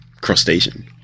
crustacean